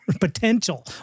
potential